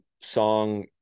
song